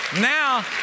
Now